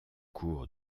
cour